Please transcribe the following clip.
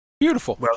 Beautiful